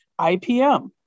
IPM